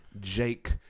Jake